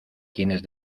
quienes